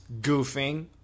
goofing